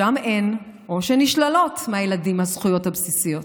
שם אין או שנשללות מהילדים הזכויות הבסיסיות.